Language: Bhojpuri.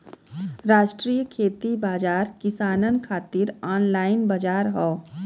राष्ट्रीय खेती बाजार किसानन खातिर ऑनलाइन बजार हौ